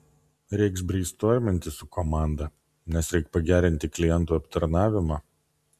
reiks breistorminti su komanda nes reik pagerinti klientų aptarnavimą